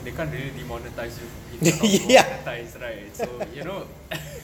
they can't demonetised you if if you are not monetised right so you know